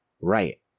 Right